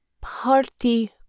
party